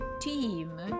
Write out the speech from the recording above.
team